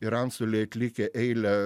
ir antstoliai atlikę eilę